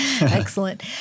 Excellent